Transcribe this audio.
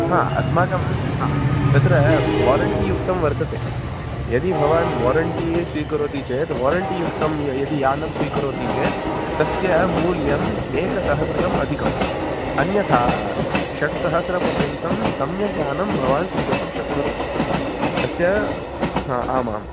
हा अस्माकं हा तत्र वारण्टीयुक्तं वर्तते यदि भवान् वारण्टी स्वीकरोति चेत् वारण्टियुक्तं य यदि यानं स्वीकरोति चेत् तस्य मूल्यम् एकसहस्रकम् अधिकम् अन्यथा षड्सहस्रपर्यन्तं सम्यक् यानं भवान् स्वीकर्तुं शक्नोति अस्य हा आमां